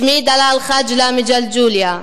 שמי דלאל חג'לה מג'לג'וליה,